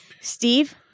Steve